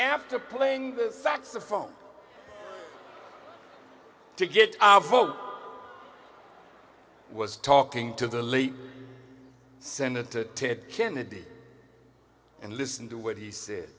after playing saxophone to get our vote it was talking to the late senator ted kennedy and listen to what he said